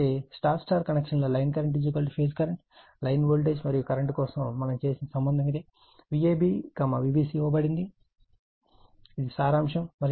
కాబట్టి Y Y connection లో line current phase current line voltage మరియు కరెంట్ కోసం మనం చేసిన సంబంధం ఇదే Vab Vbc ఇవ్వబడింది ఇది సారాంశం